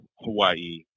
Hawaii